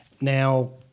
Now